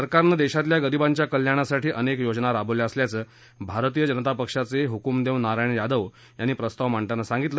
सरकारनं देशातल्या गरीबांच्या कल्याणासाठी अनेक योजना राबवल्या असल्याचं भारतीय जनता पक्षाचे हुक्मदेव नारायण यादव यांनी प्रस्ताव मांडतांना सांगितलं